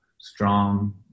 strong